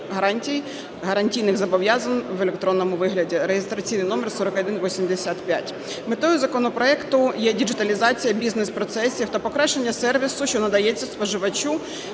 гарантійних зобов’язань в електронному вигляді (реєстраційний номер 4185). Метою законопроекту є діджиталізація бізнес-процесів та покращення сервісу, що надається споживачу